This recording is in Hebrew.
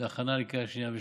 להכנה לקריאה שנייה ושלישית.